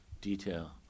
detail